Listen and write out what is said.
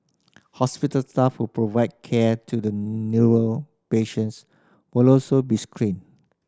hospital staff who provided care to the patients will also be screened